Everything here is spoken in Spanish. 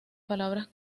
palabras